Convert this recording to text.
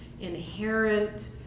inherent